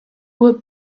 would